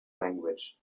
language